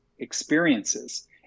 experiences